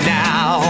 now